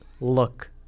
look